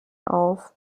auf